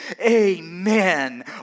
Amen